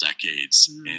decades